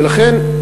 ולכן,